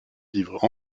vivre